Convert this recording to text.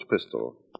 pistol